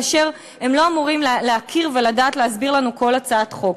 והם לא אמורים להכיר ולדעת להסביר לנו כל הצעת חוק.